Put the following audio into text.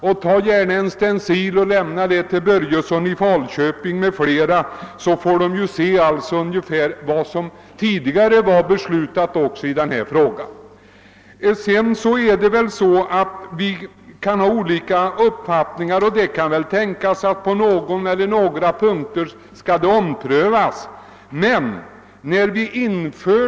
Gör gärna en stencil av detta och lämna den till herr Börjesson i Falköping m.fl., så att de får se vad som tidigare har beslutats i den här frågan. Vi kan naturligtvis ha olika uppfattningar, och besluten kan måhända omprövas på någon eller några punkter. Jag vill dock framhåla att.